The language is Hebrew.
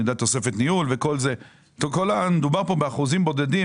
מדובר כאן באחוזים בודדים.